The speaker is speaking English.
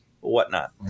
whatnot